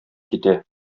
китә